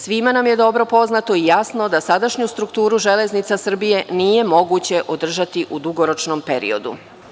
Svima nam je dobro poznato i jasno da sadašnju strukturu Železnica Srbije nije moguće održati u dugoročnom periodu.